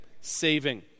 saving